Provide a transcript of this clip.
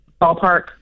ballpark